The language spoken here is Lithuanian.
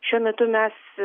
šiuo metu mes